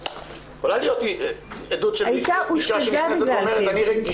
יכולה להיות עדות של אישה שנכנסת ואומרת: אני רגישה בלי שום כאב.